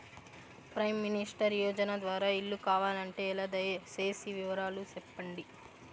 Prime minister యోజన ద్వారా ఇల్లు కావాలంటే ఎలా? దయ సేసి వివరాలు సెప్పండి?